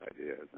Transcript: ideas